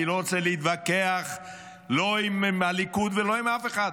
אני לא רוצה להתווכח לא עם הליכוד ולא עם אף אחד.